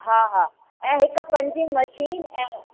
हा हा ऐं हिकु पंचिंग मशीन ऐं